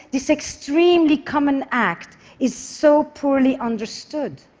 this extremely common act is so poorly understood.